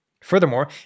Furthermore